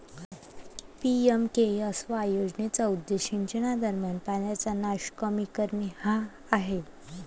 PMKSY योजनेचा उद्देश सिंचनादरम्यान पाण्याचा नास कमी करणे हा आहे